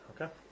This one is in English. Okay